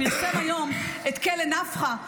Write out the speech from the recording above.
פרסם היום את כלא נפחא,